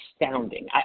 astounding